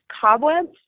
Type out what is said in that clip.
cobwebs